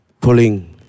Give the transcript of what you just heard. pulling